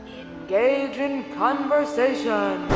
engage in conversation